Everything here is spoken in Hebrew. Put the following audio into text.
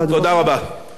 תודה רבה, השר שטייניץ.